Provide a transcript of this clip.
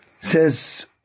says